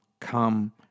come